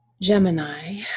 Gemini